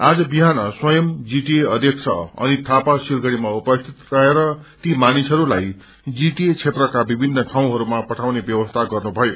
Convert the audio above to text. आज बिहान स्वयं जीटिए अध्यक्ष अनित थापा सिलगड़ीमा उपस्थित रहेर ती मानिसहरूलाई जीटिए क्षेत्रका विभिन्न ठाउँहरूमा पठाउने व्यवस्था गर्नुभयो